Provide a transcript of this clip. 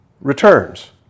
returns